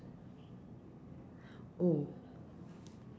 oh